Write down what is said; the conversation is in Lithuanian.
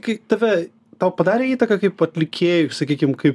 kai tave tau padarė įtaką kaip atlikėjui sakykim kaip